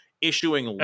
issuing